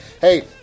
Hey